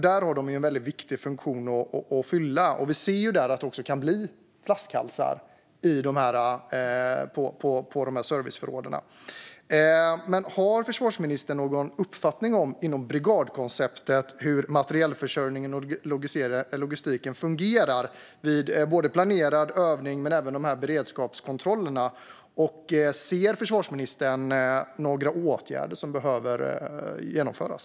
De har en väldigt viktig funktion att fylla, och vi ser att det kan bli flaskhalsar på de här serviceförråden. Har försvarsministern någon uppfattning om, inom brigadkonceptet, hur materielförsörjningen och logistiken fungerar både vid planerad övning och beredskapskontrollerna? Ser försvarsministern att några åtgärder behöver genomföras?